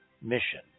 mission